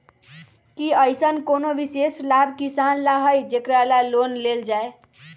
कि अईसन कोनो विशेष लाभ किसान ला हई जेकरा ला लोन लेल जाए?